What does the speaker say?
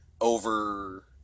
over